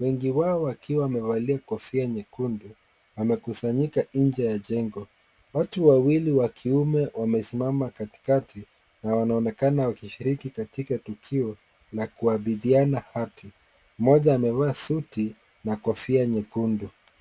wengi wao wakiwa wamevali kofia nyekundu wamekusanyika nje ya jengo. Watu wawili wa kiume wamesimama katikati na wanaonekana wakishiriki katika tukio la kuabidhiana hati. Mmoja amevaa suti na kofi nyekundu.